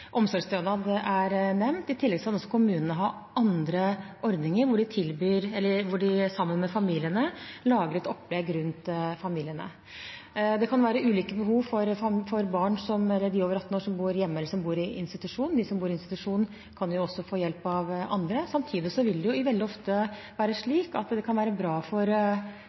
Omsorgsstønad er nevnt. I tillegg kan kommunene også ha andre ordninger, hvor de sammen med familiene lager et opplegg rundt familiene. Det kan være andre behov for dem over 18 år som bor hjemme, enn for dem som bor i institusjon. De som bor i institusjon, kan også få hjelp av andre. Samtidig vil det veldig ofte være slik at det kan være bra for